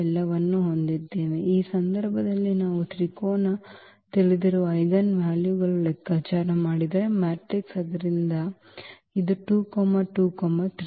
ಎಲ್ಲವನ್ನೂ ಹೊಂದಿದ್ದೇವೆ ಈ ಸಂದರ್ಭದಲ್ಲಿ ನಾವು ತ್ರಿಕೋನಕ್ಕೆ ತಿಳಿದಿರುವ ಐಜೆನ್ವಾಲ್ಯೂಗಳನ್ನು ಲೆಕ್ಕಾಚಾರ ಮಾಡಿದರೆ ಮ್ಯಾಟ್ರಿಕ್ಸ್ ಆದ್ದರಿಂದ ಇದು 2 2 ಮತ್ತು 3